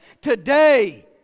Today